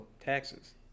Taxes